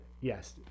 Yes